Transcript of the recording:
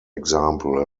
example